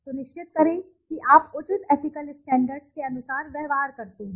सुनिश्चित करें कि आप उचित एथिकल स्टैंडर्ड्सके अनुसार व्यवहार करते हैं